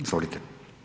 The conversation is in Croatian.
Izvolite.